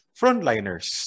frontliners